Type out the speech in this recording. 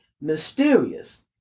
mysterious